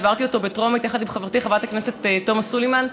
העברתי אותו בטרומית יחד עם חברתי חברת הכנסת תומא סלימאן,